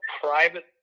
private